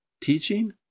Teaching